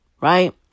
Right